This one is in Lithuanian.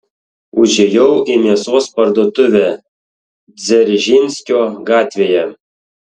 užėjau į mėsos parduotuvę dzeržinskio gatvėje